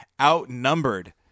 outnumbered